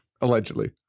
allegedly